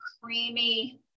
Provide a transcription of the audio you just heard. creamy